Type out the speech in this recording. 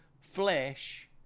flesh